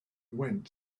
went